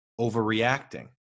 overreacting